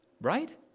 right